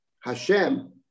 Hashem